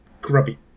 grubby